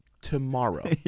tomorrow